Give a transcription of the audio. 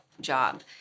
job